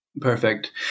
perfect